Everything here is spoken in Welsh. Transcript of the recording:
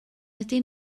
ydy